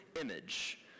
image